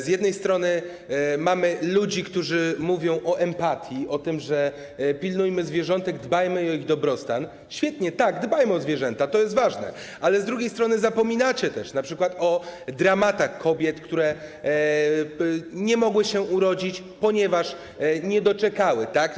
Z jednej strony mamy ludzi, którzy mówią o empatii, mówią: pilnujmy zwierzątek, dbajmy o ich dobrostan - świetnie, tak, dbajmy o zwierzęta, to jest ważne - ale z drugiej strony zapominacie też np. o dramatach kobiet, które nie mogły urodzić, ponieważ nie doczekały, tak?